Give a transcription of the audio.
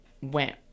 went